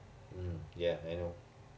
mm ya I know